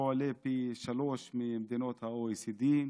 הוא פי שלושה יותר ממדינות ה-OECD,